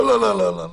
לא, לא, לא.